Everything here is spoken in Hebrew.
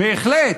בהחלט.